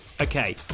Okay